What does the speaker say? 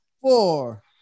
four